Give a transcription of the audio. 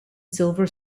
silver